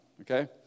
Okay